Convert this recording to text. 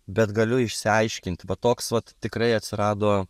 bet galiu išsiaiškinti va toks vat tikrai atsirado